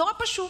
נורא פשוט.